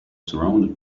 surrounded